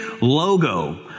logo